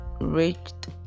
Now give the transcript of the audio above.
reached